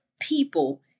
people